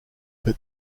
but